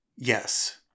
yes